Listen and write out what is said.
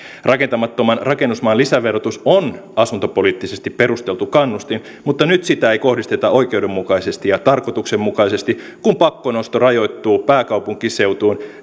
rakentamattoman rakennusmaan lisäverotus on asuntopoliittisesti perusteltu kannustin mutta nyt sitä ei kohdisteta oikeudenmukaisesti ja tarkoituksenmukaisesti kun pakkonosto rajoittuu pääkaupunkiseutuun